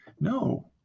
No